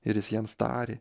ir jis jiems tarė